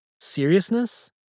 seriousness